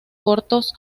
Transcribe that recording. cortos